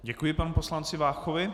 Děkuji panu poslanci Váchovi.